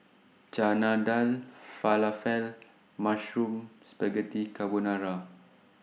Chana Dal Falafel Mushroom Spaghetti Carbonara